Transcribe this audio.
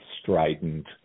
strident